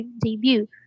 debut